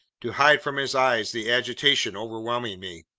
to hide from his eyes the agitation overwhelming me.